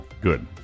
Good